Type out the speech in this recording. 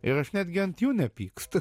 ir aš netgi ant jų nepykstu